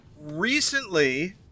Recently